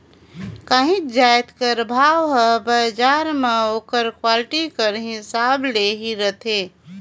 काहींच जाएत कर भाव हर बजार में ओकर क्वालिटी कर हिसाब ले ही रहथे